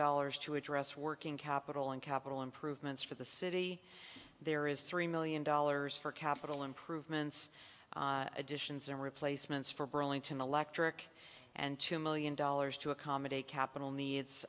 dollars to address working capital and capital improvements for the city there is three million dollars for capital improvements additions in replacements for burlington electric and two million dollars to accommodate capital needs